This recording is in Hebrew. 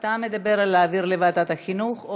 להעביר לוועדת החינוך.